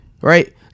right